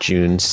June